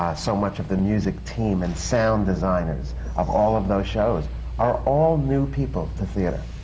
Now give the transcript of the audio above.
so much of the music team and sound designers of all of those shows are all new people to theatre.